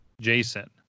Jason